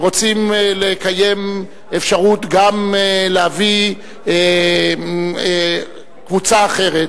ורוצים לקיים אפשרות להביא גם קבוצה אחרת,